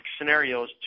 scenarios